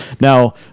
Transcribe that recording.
Now